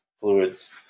fluids